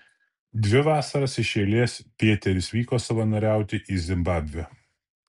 dvi vasaras iš eilės pėteris vyko savanoriauti į zimbabvę